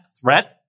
threat